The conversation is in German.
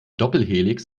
doppelhelix